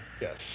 Yes